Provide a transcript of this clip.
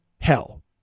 hell